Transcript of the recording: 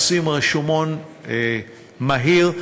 עושים רישומון מהיר.